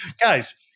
guys